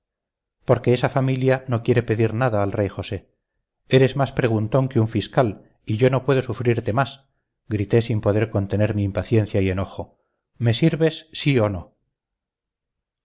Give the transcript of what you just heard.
porque esa familia no quiere pedir nada al rey josé eres más preguntón que un fiscal y yo no puedo sufrirte más grité sin poder contener mi impaciencia y enojo me sirves sí o no